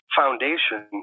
foundation